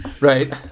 Right